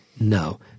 no